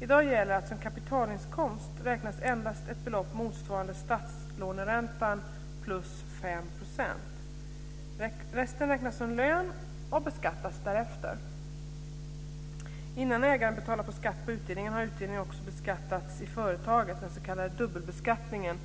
I dag gäller att som kapitalinkomst räknas endast ett belopp motsvarande statslåneräntan plus Innan ägaren betalar skatt på utdelningen har utdelningen också beskattats i företaget. Det är den s.k. dubbelbeskattningen.